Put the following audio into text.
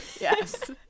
Yes